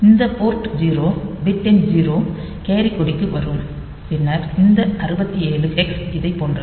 இந்த port 0 bit எண் 0 carry கொடிக்கு வரும் பின்னர் இந்த 67 ஹெக்ஸ் இதைப் போன்றது